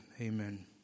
amen